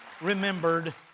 remembered